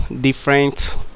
different